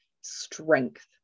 strength